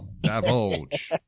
divulge